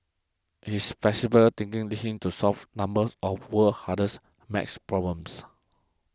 his flexible thinking lead him to solve numbers of world's hardest math problems